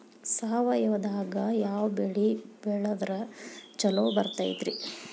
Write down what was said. ಸಾವಯವದಾಗಾ ಯಾವ ಬೆಳಿ ಬೆಳದ್ರ ಛಲೋ ಬರ್ತೈತ್ರಿ?